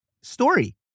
Story